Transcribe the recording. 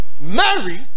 Mary